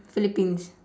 philippines